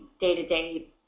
day-to-day